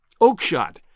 Oakshot